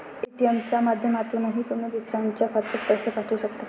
ATM च्या माध्यमातूनही तुम्ही दुसऱ्याच्या खात्यात पैसे पाठवू शकता